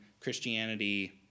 Christianity